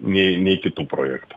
nei nei kitų projektų